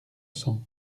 cents